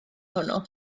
hwnnw